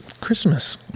Christmas